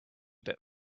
bit